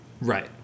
Right